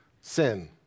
sin